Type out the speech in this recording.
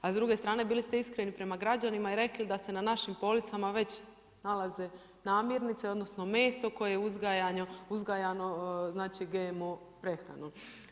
A s druge strane bili ste iskreni prema građanima i rekli da se našim policama već nalaze namirnice, odnosno meso koje je uzgajano, znači GMO prehranom.